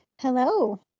Hello